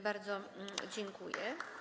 Bardzo dziękuję.